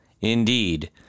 Indeed